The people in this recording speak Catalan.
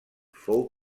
fou